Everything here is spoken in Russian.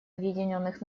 объединенных